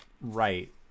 right